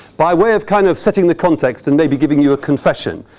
by way of kind of setting the context and maybe giving you a confession,